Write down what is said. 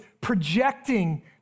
projecting